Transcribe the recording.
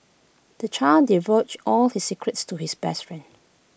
the child divulged all his secrets to his best friend